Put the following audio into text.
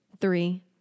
three